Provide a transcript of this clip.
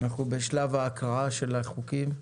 אנחנו בשלב ההקראה של החוקים.